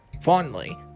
fondly